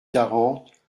quarante